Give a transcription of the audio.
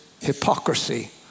hypocrisy